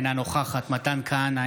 אינה נוכחת מתן כהנא,